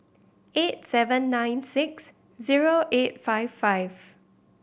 eight seven nine six zero eight five five